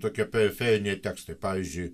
tokie periferiniai tekstai pavyzdžiui